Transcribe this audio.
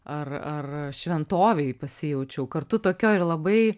ar ar šventovėj pasijaučiau kartu tokioj ir labai